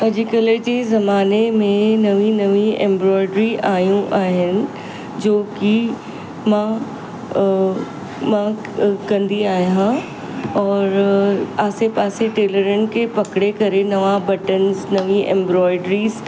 अॼुकल्ह जे ज़माने में नवीं नवीं एंब्रॉइड्री आयूं आहिनि जो की मां मां कंदी आहिंया और आसे पासे टेलरनि खे पकिड़े करे नवां बटन्स नवीं एंब्रॉइड्रीस